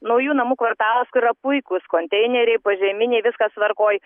naujų namų kvartalas puikūs konteineriai požeminiai viskas tvarkoj